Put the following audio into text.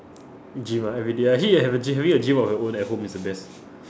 gym ah everyday actually have a gym having a gym of your own at home is the best